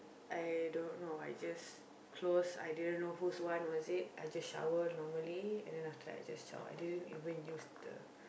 I don't know I just close I didn't know whose one was it I just shower normally and then after that I just shower I didn't even use the